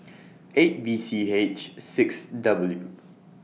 eight V C H six W